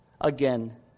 Again